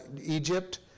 Egypt